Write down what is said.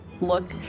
look